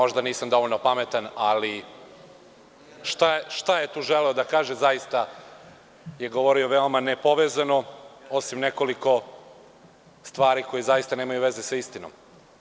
Možda nisam dovoljno pametan, ali šta je tu želeo da kaže, zaista je govorio veoma nepovezano, osim nekoliko stvari koje nemaju veze sa istinom.